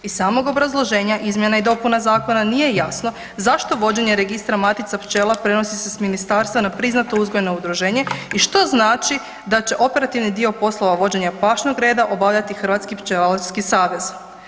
Iz samog obrazloženja izmjena i dopuna zakona nije jasno zašto vođenje Registra matica pčela prenosi se s ministarstva na priznato uzgojeno udruženje i što znači da će operativni dio poslova vođenja pašnog reda obavljati Hrvatski pčelarski savez?